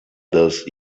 those